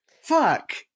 fuck